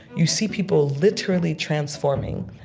you see people literally transforming.